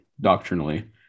doctrinally